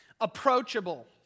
approachable